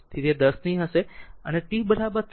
તેથી તે 10 ની હશે અને t